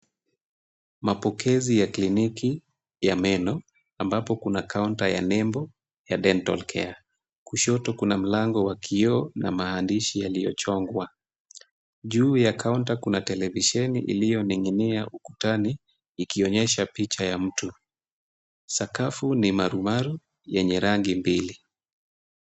Mapokezi ya kliniki, ya meno, ambapo kuna counter ya nembo, ya dental care. Kushoto kuna mlango wa kioo na maandishi yaliyochongwa, juu ya counter kuna televisheni iliyo ninginia ukutani, ikionyesha picha ya mtu, sakafu ni marumaru, yenye rangi mbili.